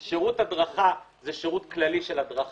"שירות הדרכה" זה שירות כללי של הדרכה